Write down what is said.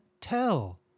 tell